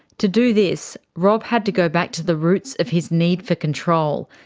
to do this, rob had to go back to the roots of his need for control,